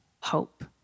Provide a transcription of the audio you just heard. hope